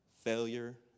failure